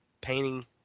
painting